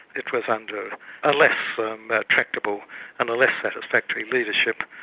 it was under a less tractable and a less satisfactory leadership,